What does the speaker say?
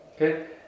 Okay